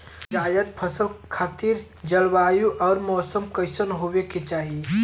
जायद फसल खातिर जलवायु अउर मौसम कइसन होवे के चाही?